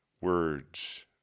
words